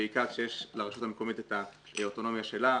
בעיקר שיש לרשות המקומית את האוטונומיה שלה,